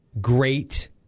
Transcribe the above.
great